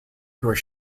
through